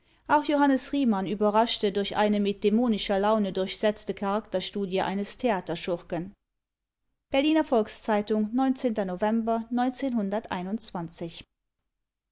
auch johannes riemann überraschte durch eine mit dämonischer laune durchsetzte charakterstudie eines theaterschurken berliner volks-zeitung november